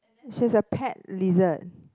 she has a pet lizard